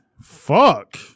Fuck